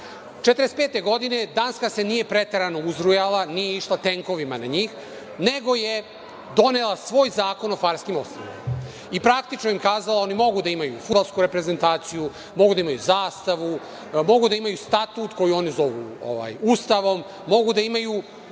1945. Danska se nije preterano uzrujala, nije išla tenkovima na njih, nego je donela svoj zakon o Farskim Ostrvima. Oni mogu da imaju i fudbalsku reprezentaciju, mogu da imaju zastavu, mogu da imaju status koji oni zovu ustavom, mogu da imaju